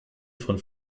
von